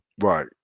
Right